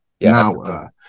now